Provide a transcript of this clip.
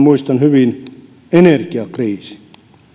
muistan hyvin energiakriisi